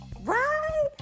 right